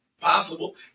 possible